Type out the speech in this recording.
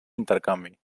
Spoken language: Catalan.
intercanvi